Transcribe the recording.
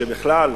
שבכלל,